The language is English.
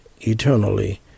eternally